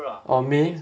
or may